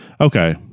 Okay